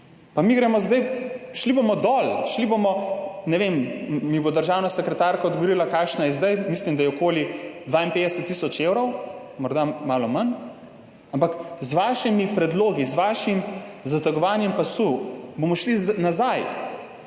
Pa mi bomo zdaj šli dol! Šli bomo, ne vem, mi bo državna sekretarka odgovorila, kakšna je zdaj, mislim, da je okoli 52 tisoč evrov, morda malo manj, ampak z vašimi predlogi, z vašim zategovanjem pasu bomo šli nazaj